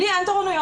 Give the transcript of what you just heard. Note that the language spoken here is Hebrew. לי אין תורניות,